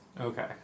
Okay